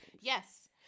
Yes